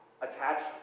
attached